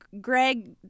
Greg